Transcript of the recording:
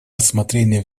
рассмотрения